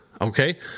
Okay